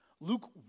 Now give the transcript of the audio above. Luke